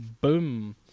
boom